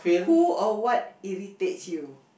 who or what irritates you